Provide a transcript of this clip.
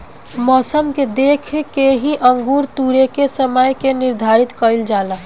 मौसम के देख के ही अंगूर तुरेके के समय के निर्धारित कईल जाला